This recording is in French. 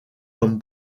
comme